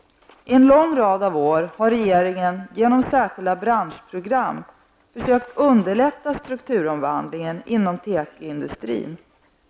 I en lång rad av år har regeringen genom särskilda branschprogram sökt underlätta strukturomvandlingen inom tekoindustrin.